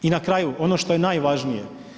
I na kraju, ono što je najvažnije.